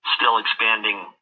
still-expanding